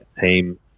team